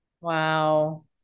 Wow